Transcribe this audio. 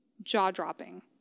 jaw-dropping